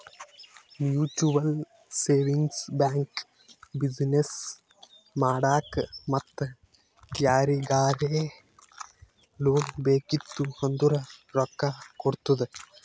mutual savings bank business ಮಾಡಾಕ್ ಮತ್ತ ಯಾರಿಗರೇ ಲೋನ್ ಬೇಕಿತ್ತು ಅಂದುರ್ ರೊಕ್ಕಾ ಕೊಡ್ತುದ್